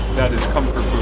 that is comfort